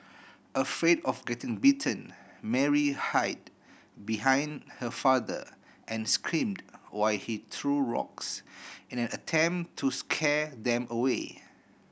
afraid of getting bitten Mary hid behind her father and screamed while he threw rocks in an attempt to scare them away